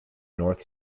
north